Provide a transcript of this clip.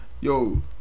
Yo